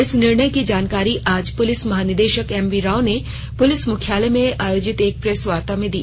इस निर्णय की जानकारी आज पुलिस महानिदेशक एमवी राव ने प्लिस मुख्यालय में आयोजित एक प्रेस वार्ता में दी